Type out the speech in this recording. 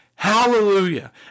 Hallelujah